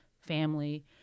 family